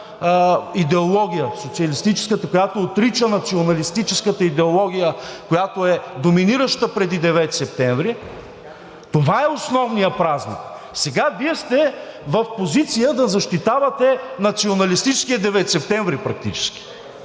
идеология, която отрича националистическата идеология, която е доминираща преди 9 септември, това е основният празник. Сега Вие сте в позиция да защитавате националистическия 9 септември практически